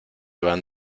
van